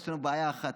יש לנו בעיה אחת,